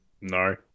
No